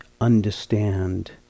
understand